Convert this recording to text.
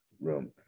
room